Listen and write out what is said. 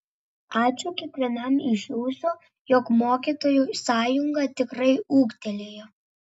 ačiū kiekvienam iš jūsų jog mokytojų sąjunga tikrai ūgtelėjo